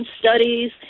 Studies